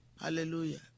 Hallelujah